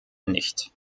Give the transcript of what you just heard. nicht